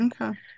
okay